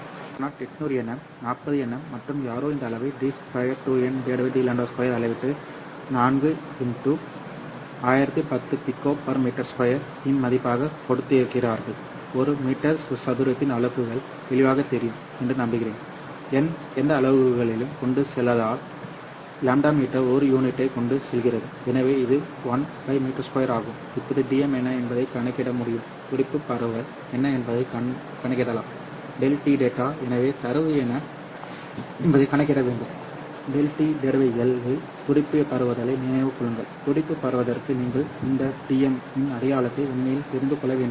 எனவே λ0 800 nm 40 nm மற்றும் யாரோ இந்த அளவை d 2n dλ0 2 அளவிட்டு 4 1010p m 2 இன் மதிப்பாகக் கொடுத்திருக்கிறார்கள் ஒரு மீட்டர் சதுரத்தின் அலகுகள் தெளிவாகத் தெரியும் என்று நம்புகிறேன் n எந்த அலகுகளையும் கொண்டு செல்லாததால் λ மீட்டர் ஒரு யூனிட்டைக் கொண்டு செல்கிறது எனவே இது 1 m2 ஆகும் இப்போது Dm என்ன என்பதைக் கணக்கிட முடியும் துடிப்பு பரவல் என்ன என்பதைக் கணக்கிடலாம் ∆T data எனவே தரவு என்ன என்பதைக் கணக்கிட வேண்டும் ∆ τL எல் துடிப்பு பரவுவதை நினைவில் கொள்ளுங்கள் துடிப்பு பரவுவதற்கு நீங்கள் இந்த Dm இன் அடையாளத்தை உண்மையில் தெரிந்து கொள்ள வேண்டியதில்லை